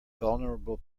vulnerable